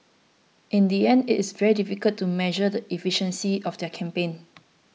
in the end it is very difficult to measure the efficiency of their campaign